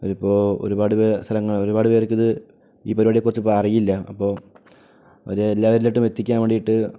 അവരിപ്പോൾ ഒരുപാട് ഇത് സ്ഥലങ്ങൾ ഒരുപാട് പേർക്കിത് ഈ പരിപാടിയെക്കുറിച്ച് ഇപ്പോൾ അറിയില്ല അപ്പം അവർ എല്ലാവരിലോട്ടും എത്തിക്കാൻ വേണ്ടിയിട്ട്